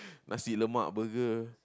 Nasi-Lemak burger